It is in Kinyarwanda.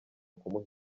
kumuha